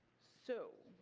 so